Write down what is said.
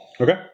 Okay